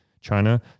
China